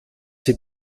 sie